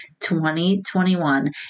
2021